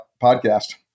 podcast